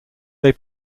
they